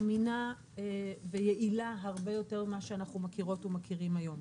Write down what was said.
אמינה ויעילה הרבה יותר ממה שאנחנו מכירות ומכירים היום.